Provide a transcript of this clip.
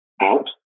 out